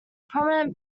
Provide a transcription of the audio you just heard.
prominent